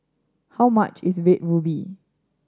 how much is Red Ruby